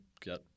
get